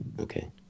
Okay